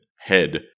head